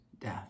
death